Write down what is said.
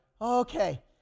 okay